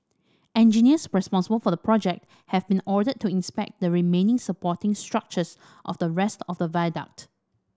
engineers responsible for the project have been ordered to inspect the remaining supporting structures of the rest of the viaduct